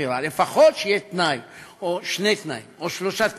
לפחות שיהיו תנאי או שני תנאים או שלושה תנאים,